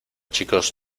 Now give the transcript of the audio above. chicos